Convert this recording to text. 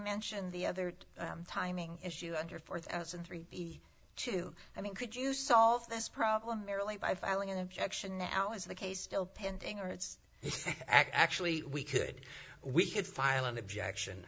mentioned the other timing issue under four thousand three two i mean could you solve this problem merely by filing an objection now is the case still pending or it's actually we could we could file an objection